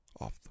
off